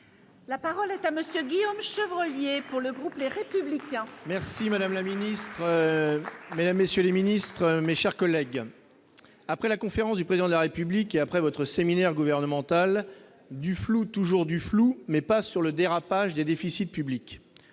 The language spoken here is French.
La parole est à monsieur Guillaume chevreuils et pour le groupe, les républicains merci madame la ministre. Mesdames, messieurs les ministres, mes chers collègues, après la conférence du président de la République et après votre séminaire gouvernemental du flou toujours du flou mais pas sur le dérapage des déficits publics,